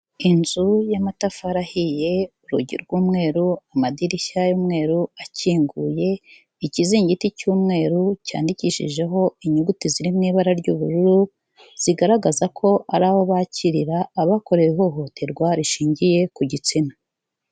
Inzu y'amatafari ahiye urugi rw'umweru, amadirishya y'umweru akinguye, ikiziringiti cy'umweru cyandikishijeho inyuguti ziri mu ibara ry'ubururu zigaragaza ko ari aho bakirira abakorewe ihohoterwa rishingiye ku gitsina.